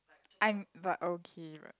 I'm but okay but